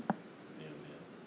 没有没有